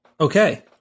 Okay